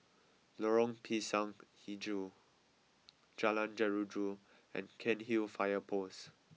Lorong Pisang HiJau Jalan Jeruju and Cairnhill Fire Post